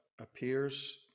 appears